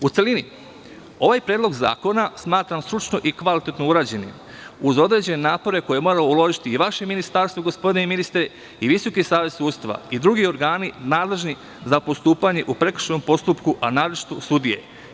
U celini, ovaj predlog zakona smatram stručno i kvalitetno urađenim uz određene napore koje je moralo uložiti vaše ministarstvo, gospodine ministre, i Visoki savet sudstva i drugi organi nadležni za postupanje u prekršajnom postupku, a naročito sudije.